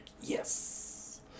yes